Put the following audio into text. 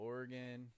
Oregon